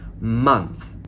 month